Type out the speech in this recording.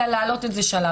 אלא להעלות את זה שלב.